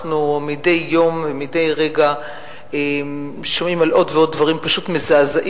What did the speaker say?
אנחנו מדי יום ומדי רגע שומעים על עוד ועוד דברים מזעזעים,